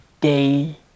day